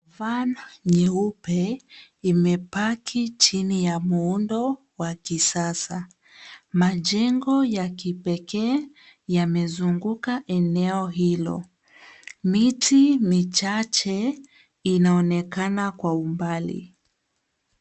Van nyeupe imepaki chini ya muundo wa kisasa. Majengo ya kipekee yamezunguka eneo hilo. Miti michache inaonekana kwa umbali.